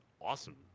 awesome